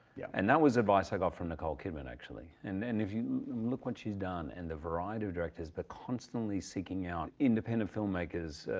yeah and that was advice i got from nicole kidman actually. and then if you look what she's done, and the variety of directors, but constantly seeking out independent film makers,